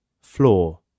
FLOOR